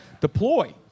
Deploy